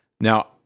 now